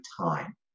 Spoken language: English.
time